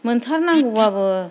मोनथारनांगौबाबो